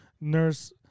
Nurse